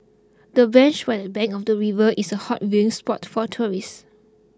the bench by the bank of the river is a hot viewing spot for tourists